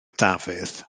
dafydd